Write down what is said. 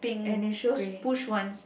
and it shows push once